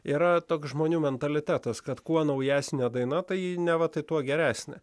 yra toks žmonių mentalitetas kad kuo naujesnė daina tai neva tai tuo geresnė